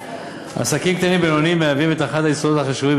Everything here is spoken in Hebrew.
עסקים קטנים ובינוניים מהווים את אחד היסודות החשובים,